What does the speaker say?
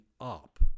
up